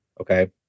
Okay